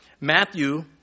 Matthew